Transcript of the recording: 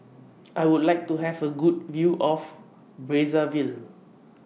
I Would like to Have A Good View of Brazzaville